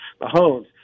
Mahomes